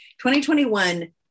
2021